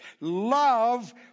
love